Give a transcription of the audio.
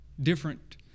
different